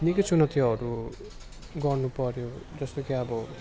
निकै चुनौतीहरू गर्नुपर्यो जस्तै कि अब